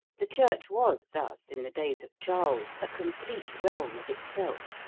the church was thus, in the days of charles, a complete realm of itself,